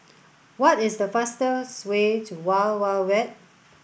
what is the fastest way to Wild Wild Wet